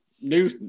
new